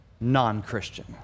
non-Christian